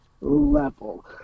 level